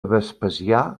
vespasià